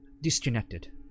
disconnected